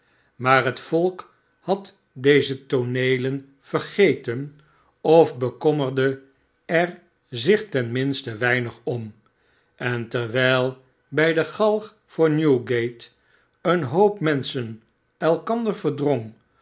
maar het volk had deze tooneelen vergeten of bekommerde erzich ten minste weinig om en terwijl bij de galg voor newgate een hoop menschen elkander verdrong